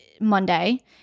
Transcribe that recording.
Monday